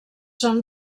són